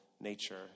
nature